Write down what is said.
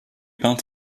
peinte